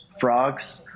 frogs